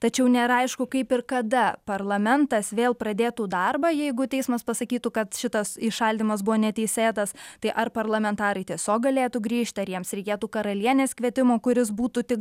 tačiau nėra aišku kaip ir kada parlamentas vėl pradėtų darbą jeigu teismas pasakytų kad šitas įšaldymas buvo neteisėtas tai ar parlamentarai tiesiog galėtų grįžti ar jiems reikėtų karalienės kvietimo kuris būtų tik